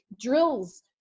drills